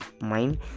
mind